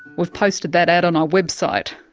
we've posted that ad on our website.